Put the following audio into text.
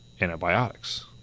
antibiotics